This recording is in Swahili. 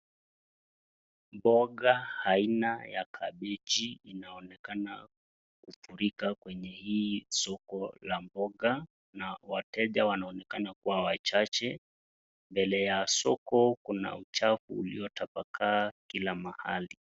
Mboga aina ya kabichi inaonekana kufurika kwenye hii soko la mboga, na wateja wanaonekana kuwa wachache. Mbele ya soko kuna uchafu ulio tapakaa kila mahali.